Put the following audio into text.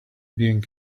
being